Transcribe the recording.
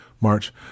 March